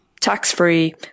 Tax-free